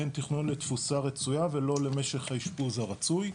אין תכנון תפוסה רצויה ולא למשך האשפוז הרצוי.